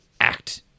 act